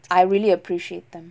I really appreciate them